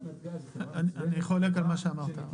אני חולק על מה שאמרת.